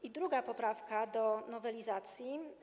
I druga poprawka do nowelizacji.